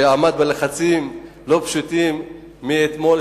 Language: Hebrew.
שעמד בלחצים לא פשוטים מאתמול,